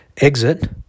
Exit